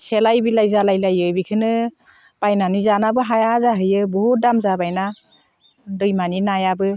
सेलाय बेलाय जालाय लायो बिखौनो बायनानै जानोबो हाया जाहैयो बहुद दाम जाबायना दैमानि नायाबो